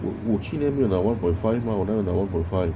我我去年没有拿 one point five mah 我哪里有拿 one point five